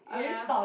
ya